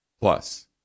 Plus